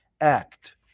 Act